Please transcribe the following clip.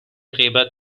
غیبت